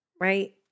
Right